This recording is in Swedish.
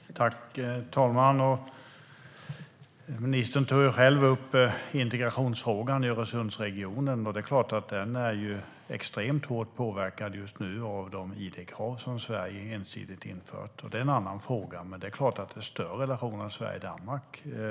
Fru talman! Ministern tog själv upp integrationsfrågan i Öresundsregionen. Det är klart att den just nu är extremt hårt påverkad av de id-krav som Sveriges ensidigt infört. Det är en annan fråga, men det är klart att det stör relationen Sverige-Danmark.